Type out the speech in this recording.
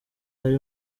ari